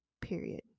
period